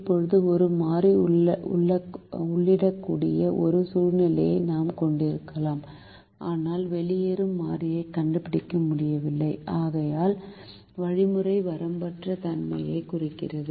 இப்போது ஒரு மாறி உள்ளிடக்கூடிய ஒரு சூழ்நிலையை நாம் கொண்டிருக்கலாம் ஆனால் வெளியேறும் மாறியைக் கண்டுபிடிக்க முடியவில்லை ஆகையால் வழிமுறை வரம்பற்ற தன்மையைக் குறிக்கிறது